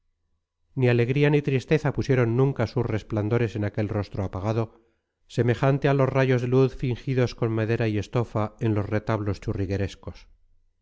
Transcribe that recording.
ni alegría ni tristeza pusieron nunca sus resplandores en aquel rostro apagado semejante a los rayos de luz fingidos con madera y estofa en los retablos churriguerescos